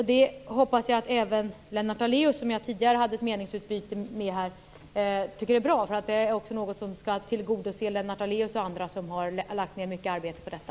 Jag hoppas att även Lennart Daléus, som jag tidigare hade ett meningsutbyte med här, tycker att det är bra. Det är något som bör tillgodose Lennart Daléus och andra som har lagt ned mycket arbete på detta.